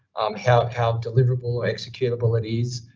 um, how, how deliverable, executable it is,